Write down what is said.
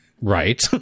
Right